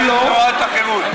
בתנועת החרות.